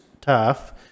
tough